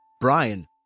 Brian